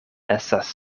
estas